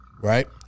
right